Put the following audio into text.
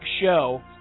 show